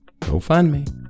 GoFundMe